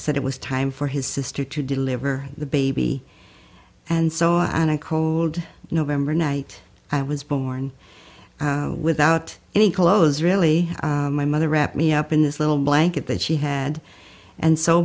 said it was time for his sister to deliver the baby and so on a cold november night i was born without any clothes really my mother wrapped me up in this little blanket that she had and so